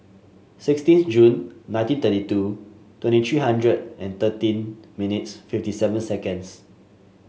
sixteen June nineteen thirty two twenty three hundred and thirteen minutes fifty seven seconds